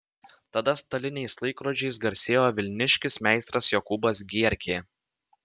tada staliniais laikrodžiais garsėjo vilniškis meistras jokūbas gierkė